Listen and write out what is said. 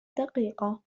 دقيقة